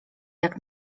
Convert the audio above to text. jak